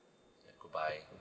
goodbye